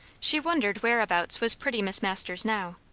she wondered whereabouts was pretty miss masters now,